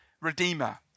redeemer